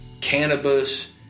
Cannabis